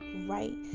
right